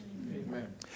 Amen